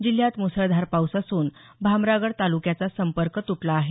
जिल्ह्यात मुसळधार पाऊस असून भामरागड तालुक्याचा संपर्क तुटला आहे